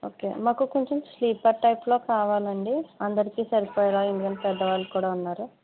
ఒకే మాకు కుంచెం sleeper type లో కావాలండి అందరికి సరిపోయేలాగా ఎందుకంటే పెద్దవాళ్ళు కూడా ఉన్నారు